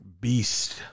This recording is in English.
Beast